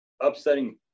upsetting